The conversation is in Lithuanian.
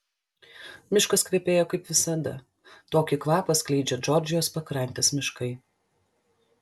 miškas kvepėjo kaip visada tokį kvapą skleidžia džordžijos pakrantės miškai